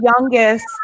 youngest